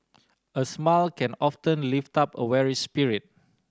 a smile can often lift up a weary spirit